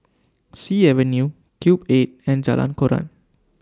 Sea Avenue Cube eight and Jalan Koran